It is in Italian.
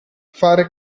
fare